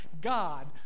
God